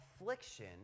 affliction